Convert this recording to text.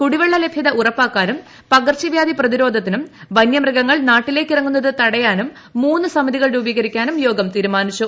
കുടിവെള്ള ലഭ്യത ഉറ്റപ്പാക്കാനും പകർച്ചവ്യാധി പ്രതിരോധത്തിനും വന്യമൃഗങ്ങൾ പ്നാട്ടിലേയ്ക്ക് ഇറങ്ങുന്നത് തടയാനും മൂന്ന് സമിതിക്ർ ് രൂപീകരിക്കാനും യോഗം തീരുമാനിച്ചു